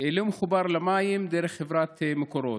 לא מחובר למים דרך חברת מקורות.